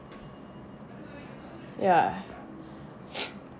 ya